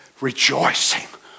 rejoicing